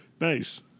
nice